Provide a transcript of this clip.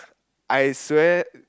I swear